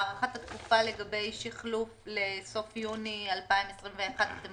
הארכת התקופה לגבי שחלוף לסוף יוני 2021 אתם